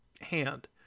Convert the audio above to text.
hand